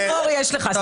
חוש הומור יש לך, שמחה.